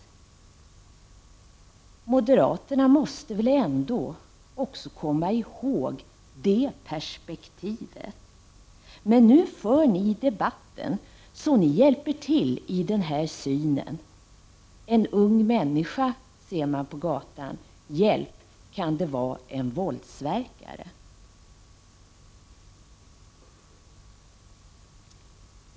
Moderaterna måste väl ändå också komma ihåg det perspektivet? Men nu för ni debatten på ett sådant sätt att ni hjälper till i den här synen. En ung människa som man ser på gatan, kan det vara en våldsverkare?